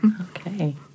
Okay